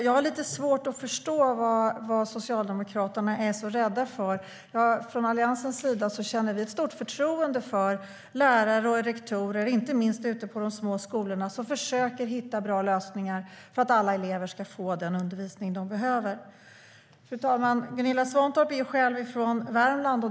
Jag har lite svårt att förstå vad Socialdemokraterna är rädda för. Alliansen känner ett stort förtroende för att lärare och rektorer, inte minst ute på de små skolorna, försöker hitta bra lösningar för att alla elever ska få den undervisning de behöver. Fru talman! Gunilla Svantorp är själv från Värmland.